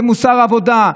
במוסר עבודה,